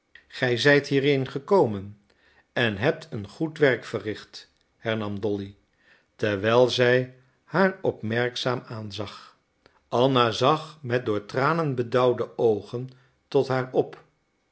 gij zijt hierheen gekomen en hebt een goed werk verricht hernam dolly terwijl zij haar opmerkzaam aanzag anna zag met door tranen bedauwde oogen tot haar op